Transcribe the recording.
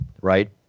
right